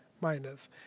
Miners